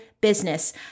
business